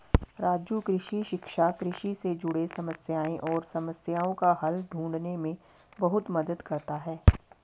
राजू कृषि शिक्षा कृषि से जुड़े समस्याएं और समस्याओं का हल ढूंढने में बहुत मदद करता है